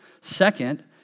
Second